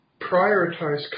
prioritize